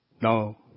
No